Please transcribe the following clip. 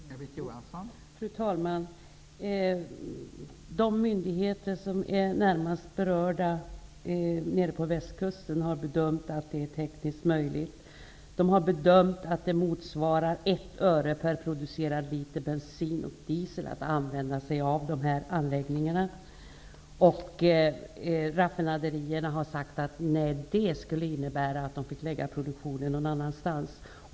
Fru talman! De myndigheter på Västkusten som närmast är berörda har bedömt att det är tekniskt möjligt. De har bedömt att användningen av dessa anläggningar motsvarar ett öre per producerad liter bensin och diesel. Vid raffinaderierna har man sagt att det skulle innebära att de skulle få lägga produktionen någon annanstans.